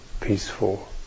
peaceful